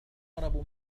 أقرب